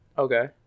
Okay